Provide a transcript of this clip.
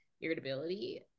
irritability